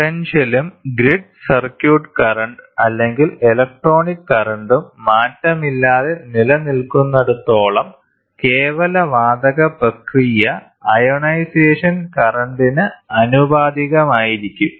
പൊട്ടൻഷ്യലും grid circuit current അല്ലെങ്കിൽ electronic കറന്റും മാറ്റമില്ലാതെ നിലനിൽക്കുന്നിടത്തോളം കേവല വാതക പ്രക്രിയ അയോണൈസേഷൻ കറന്റിന് ആനുപാതികമായിരിക്കും